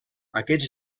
aquests